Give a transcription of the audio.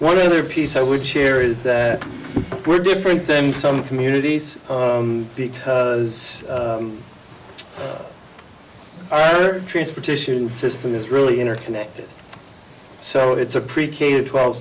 one other piece i would share is that we're different then in some communities because right or transportation system is really interconnected so it's a pre k to twelve